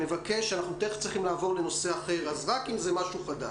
רק אם זה משהו חדש.